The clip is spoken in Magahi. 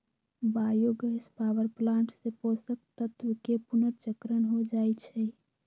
बायो गैस पावर प्लांट से पोषक तत्वके पुनर्चक्रण हो जाइ छइ